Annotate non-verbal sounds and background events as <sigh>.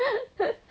<laughs>